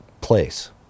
place